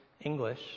English